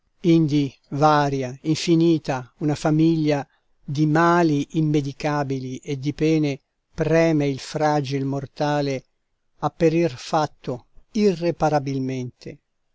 indi varia infinita una famiglia di mali immedicabili e di pene preme il fragil mortale a perir fatto irreparabilmente